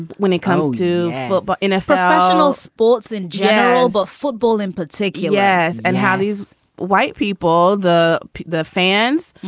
when it comes to football, nfl, national sports in general, but football in particular. yes. and how these white people, the the fans,